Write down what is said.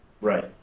Right